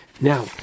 now